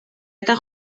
eta